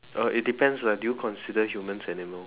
oh it depends lah do you consider humans animal